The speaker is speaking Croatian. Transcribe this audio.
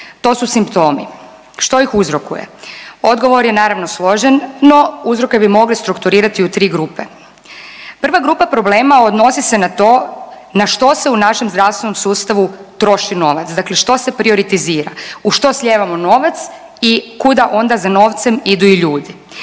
to su simptomi, što ih uzrokuje? Odgovor je naravno složen, no uzroke bi mogli strukturirati u tri grupe. Prva grupa problema odnosi se na to na što se u našem zdravstvenom sustavu troši novac, dakle što se prioritizira, u što slijevamo novac i kuda onda za novcem idu i ljudi.